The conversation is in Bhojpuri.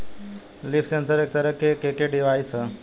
लीफ सेंसर एक तरह के के डिवाइस ह